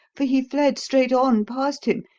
for he fled straight on past him,